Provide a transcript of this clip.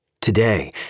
Today